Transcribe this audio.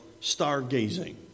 stargazing